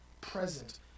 present